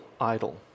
idol